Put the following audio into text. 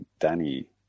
Danny